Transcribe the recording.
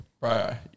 Right